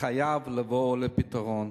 חייב לבוא לפתרון.